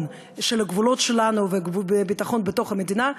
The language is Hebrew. של הגבולות שלנו וביטחון בתוך המדינה,